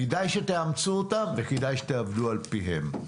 כדאי שתאמצו אותם וכדאי שתעבדו על פיהם.